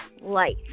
life